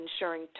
ensuring